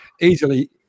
easily